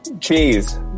Cheese